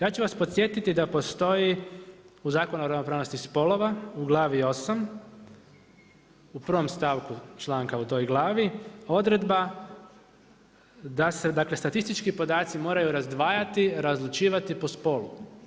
Ja ću vas podsjetiti da postoji u Zakonu o ravnopravnosti spolova u glavi 8 u prvom stavku članka u toj glavi odredba da se statistički podaci moraju razdvajati, razlučivati po spolu.